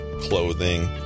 clothing